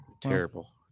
Terrible